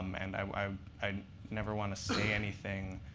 um and i i never want to say anything